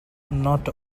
not